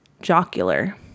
jocular